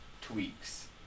Tweaks